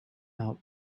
out